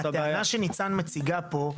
הטענה שניצן מציגה פה,